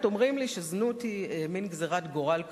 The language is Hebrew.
אומרים לי שזנות היא מין גזירת גורל כזאת,